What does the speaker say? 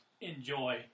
enjoy